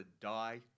die